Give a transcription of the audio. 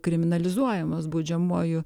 kriminalizuojamos baudžiamuoju